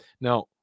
now